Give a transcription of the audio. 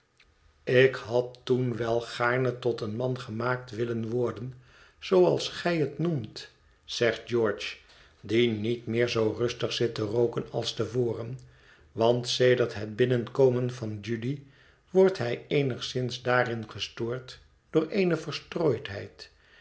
ik had toen wel gaarne tot een man gemaakt willen worden zooals gij het noemt zegt george die niet meer zoo rustig zit te rooken als te voren want sedert het binnenkomen van judy wordt hij eenigszins daarin gestoord door eene verstrooidheid